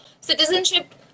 citizenship